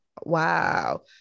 Wow